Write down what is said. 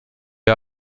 est